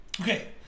Okay